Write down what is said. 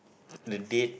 the date